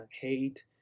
hate